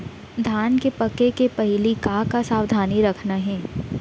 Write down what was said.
धान के पके के पहिली का का सावधानी रखना हे?